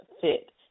fit